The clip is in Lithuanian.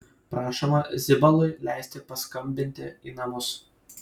prašoma zibalui leisti paskambinti į namus